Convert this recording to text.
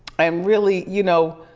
um really, you know,